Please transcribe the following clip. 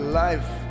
life